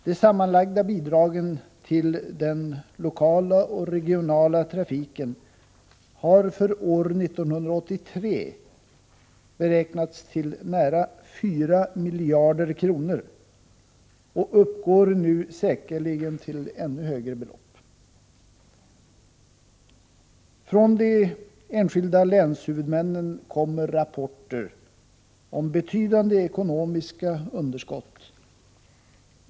De sammanlagda bidragen till den lokala och regionala trafiken har för år 1983 beräknats till nära 4 miljarder kronor och uppgår nu säkerligen till ännu högre belopp. Från de enskilda länshuvudmännen kommer rapporter om betydande ekonomiska underskott.